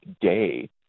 day